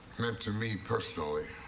meant to me personally.